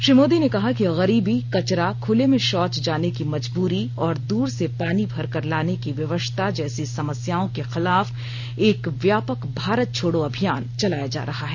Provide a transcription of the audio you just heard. श्री मोदी ने कहा कि गरीबी कचरा खुले में शौच जाने की मजबूरी और दूर से पानी भरकर लाने की विवशता जैसी समस्याओं के खिलाफ एक व्यापक भारत छोडो अभियान चलाया जा रहा है